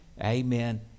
Amen